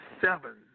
seven